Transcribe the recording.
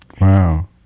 Wow